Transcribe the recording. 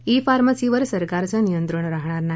E फार्मसीवर सरकारचं नियंत्रण राहणार नाही